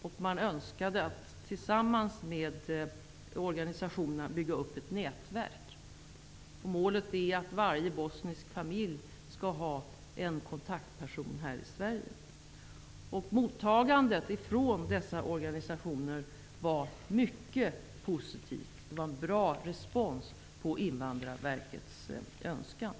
Verket önskar att tillsammans med organisationerna bygga upp ett nätverk. Målet är att varje bosnisk familj skall ha en kontaktperson här i Sverige. Mottagandet från dessa organisationer var mycket positivt. Det var bra respons på Invandrarverkets önskan.